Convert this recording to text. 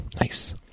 Nice